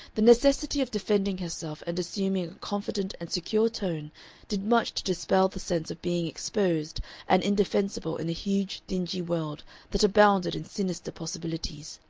the necessity of defending herself and assuming a confident and secure tone did much to dispell the sense of being exposed and indefensible in a huge dingy world that abounded in sinister possibilities.